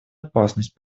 опасность